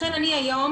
ולכן אני היום,